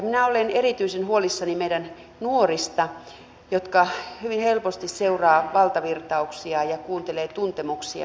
minä olen erityisen huolissani meidän nuorista jotka hyvin helposti seuraavat valtavirtauksia ja kuuntelevat tuntemuksiaan